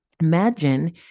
Imagine